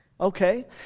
okay